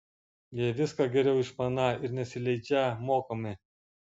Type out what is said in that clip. jie viską geriau išmaną ir nesileidžią mokomi